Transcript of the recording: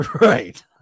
Right